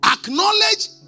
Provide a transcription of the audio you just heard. Acknowledge